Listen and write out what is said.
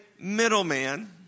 middleman